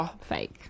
fake